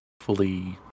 fully